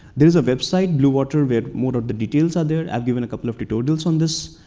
there's a website, bluewater, with more of the details there. i've given a couple of tutorials on this.